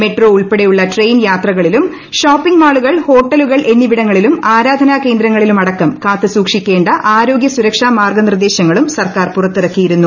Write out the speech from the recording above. metro ഉൾപ്പെടെയുള്ള train യാത്രകളിലും shopping മാളുകൾ ഹോട്ടലുകൾ എന്നിവിടങ്ങളിലും ആരാധനാ കേന്ദ്രങ്ങളിലും അടക്കം കാത്തുസൂക്ഷിക്കേണ്ട ആരോഗൃ സുരക്ഷാ മാർഗ്ഗനിർദ്ദേശങ്ങളും സർക്കാർ പുറത്തിറക്കിയിരുന്നു